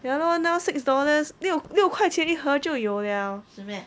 ya lor now six dollars 六六块钱一盒就有 liao